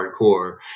hardcore